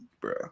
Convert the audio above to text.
bro